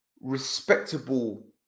respectable